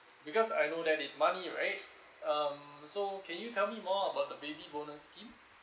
because I know that is money right um so can you tell me more about the baby bonus scheme